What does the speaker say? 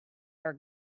our